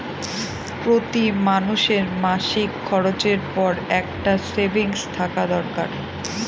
প্রতি মানুষের মাসিক খরচের পর একটা সেভিংস থাকা দরকার